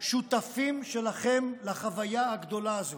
שותפים שלכם לחוויה הגדולה הזאת.